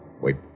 Wait